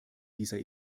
dieser